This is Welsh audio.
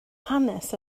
hanes